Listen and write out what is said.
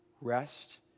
Rest